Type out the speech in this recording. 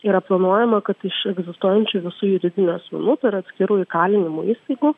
yra planuojama kad iš egzistuojančių visų juridinių asmenų tai yra atskirų įkalinimo įstaigų